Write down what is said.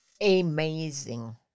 amazing